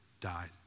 died